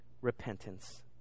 repentance